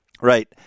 Right